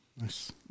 Nice